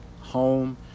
home